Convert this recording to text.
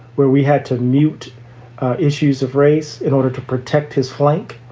where we had to mute issues of race in order to protect his flank,